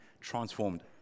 transformed